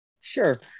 Sure